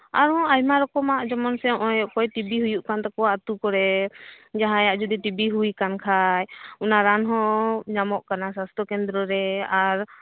ᱟᱨ ᱦᱚᱸ ᱟᱭᱢᱟ ᱨᱚᱠᱚᱢᱟᱜ ᱡᱮᱢᱚᱱᱥᱮ ᱱᱚᱜ ᱚᱭ ᱚᱠᱚᱭᱴᱤ ᱵᱤ ᱦᱩᱭᱩᱜ ᱠᱟᱱ ᱛᱟᱠᱚᱣᱟ ᱟᱛᱩ ᱠᱚᱨᱮ ᱡᱟᱦᱟᱸᱭᱟᱜ ᱡᱩᱫᱤ ᱴᱤᱵᱤ ᱦᱩᱭ ᱠᱟᱱ ᱠᱷᱟᱡ ᱚᱱᱟ ᱨᱟᱱ ᱦᱚᱸ ᱧᱟᱢᱚᱜ ᱠᱟᱱᱟ ᱥᱟᱥᱛᱚ ᱠᱮᱱᱫᱽᱨᱚ ᱨᱮ ᱟᱨ